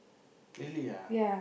really ah